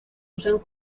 usan